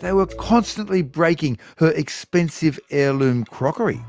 they were constantly breaking her expensive heirloom crockery.